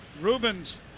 Rubens